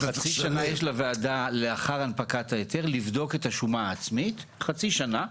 חצי שנה יש לוועדה לאחר הנפקת ההיתר לבדוק את השומה העצמית חצי שנה,